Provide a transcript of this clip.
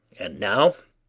and now,